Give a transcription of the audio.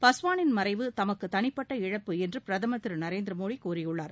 பாஸ்வானின் மறைவு தமக்குத் தளிப்பட்ட இழப்பு என்று பிரதமர் திரு நரேந்திர மோடி கூறியுள்ளார்